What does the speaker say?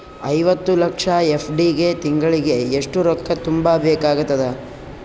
ಐವತ್ತು ಲಕ್ಷ ಎಫ್.ಡಿ ಗೆ ತಿಂಗಳಿಗೆ ಎಷ್ಟು ರೊಕ್ಕ ತುಂಬಾ ಬೇಕಾಗತದ?